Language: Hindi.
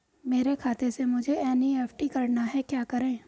मेरे खाते से मुझे एन.ई.एफ.टी करना है क्या करें?